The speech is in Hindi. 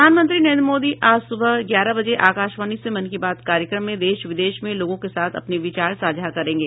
प्रधानमंत्री नरेन्द्र मोदी आज सुबह ग्यारह बजे आकाशवाणी से मन की बात कार्यक्रम में देश विदेश में लोगों के साथ अपने विचार साझा करेंगे